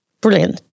brilliant